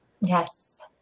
Yes